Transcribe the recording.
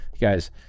guys